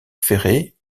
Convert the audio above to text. ferrées